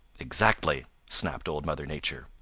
exactly, snapped old mother nature.